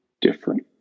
different